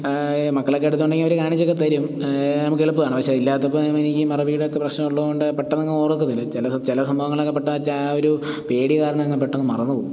മക്കളൊക്കെ അടുത്തുണ്ടെങ്കിൽ അവർ കാണിച്ചൊക്കെ തരും നമുക്ക് എളുപ്പമാണ് പക്ഷെ ഇല്ലാത്തപ്പം എനിക്ക് മറവിയുടെയൊക്കെ പ്രശ്നമുള്ളത് കൊണ്ട് പെട്ടന്ന് അങ്ങ് ഓർക്കുന്നില്ല ചില ചില സംഭവങ്ങളൊക്കെ പെട്ടാച്ച ആ ഒരു പേടി കാരണം പെട്ടെന്ന് അങ്ങ് മറന്ന് പോകും